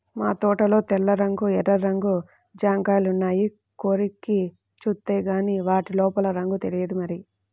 మా తోటలో తెల్ల రంగు, ఎర్ర రంగు జాంకాయలున్నాయి, కొరికి జూత్తేగానీ వాటి లోపల రంగు తెలియదు మరి